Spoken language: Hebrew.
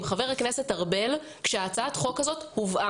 חבר הכנסת ארבל עת הובאה הצעת החוק הזאת.